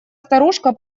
старушка